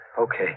Okay